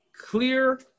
clear